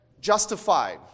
justified